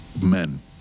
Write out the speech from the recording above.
men